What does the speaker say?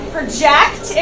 Project